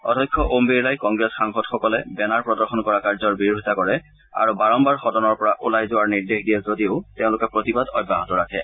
অধ্যক্ষ ওম বিৰলাই কংগ্ৰেছ সাংসদসকলে বেনাৰ প্ৰদৰ্শন কৰা কাৰ্যৰ বিৰোধিতা কৰে আৰু বাৰম্বাৰ সদনৰ পৰা ওলাই যোৱাৰ নিৰ্দেশ দিয়ে যদিও তেওঁলোকে প্ৰতিবাদ অব্যাহত ৰাখে